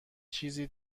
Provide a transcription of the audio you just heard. چیزی